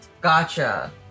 Gotcha